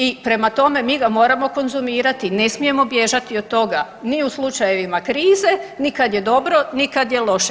I prema tome mi ga moramo konzumirati, ne smijemo bježati od toga ni u slučajevima krize ni kad je dobro, ni kad je loše.